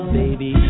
baby